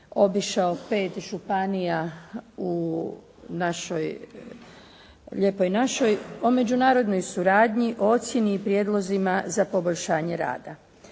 obišao 5 županija u našoj, Lijepoj našoj, o međunarodnoj suradnji, o ocijeni i prijedlozima za poboljšanje rada.